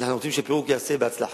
אנחנו רוצים שהפירוק ייעשה בהצלחה,